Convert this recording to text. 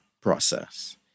process